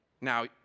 Now